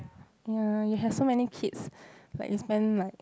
ya you have so many kids like you spend like